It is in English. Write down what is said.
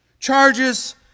Charges